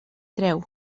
treu